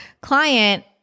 client